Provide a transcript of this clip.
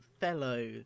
fellow